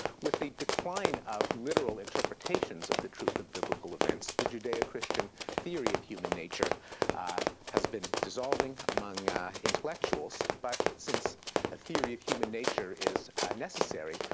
with the decline of literal interpretations of the truth of biblical events, the judeo-christian theory of human nature has been dissolving among intellectuals. but since a theory of human nature is necessary,